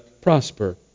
prosper